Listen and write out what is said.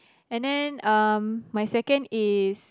and then um my second is